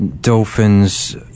dolphins